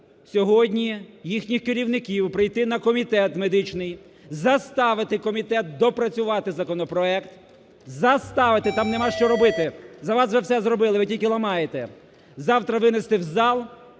сьогодні їхніх керівників прийти на комітет медичний, заставити комітет допрацювати законопроект, заставити, там нема що робити, за вас вже все зробили, ви тільки ламаєте. Завтра винести в зал